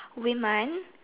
woman